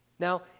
Now